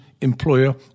employer